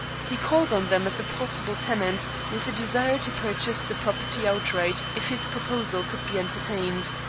he called on them as a possible tenant, with a desire to purchase the property outright if his proposal could be entertained.